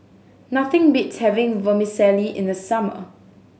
nothing beats having Vermicelli in the summer